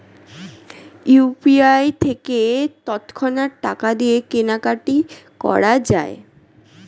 UPI থেকে তৎক্ষণাৎ টাকা দিয়ে কেনাকাটি করা যায়